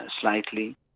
slightly